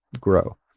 grow